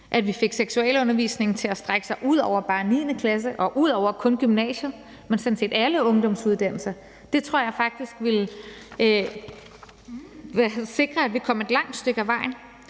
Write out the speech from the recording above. at vi fik seksualundervisningen til at strække sig sig ud over bare 9. klasse og ud over kun gymnasiet, men sådan set alle ungdomsuddannelser. Det tror jeg faktisk ville sikre, at vi kom et langt stykke ad vejen.